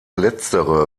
letztere